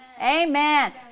amen